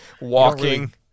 Walking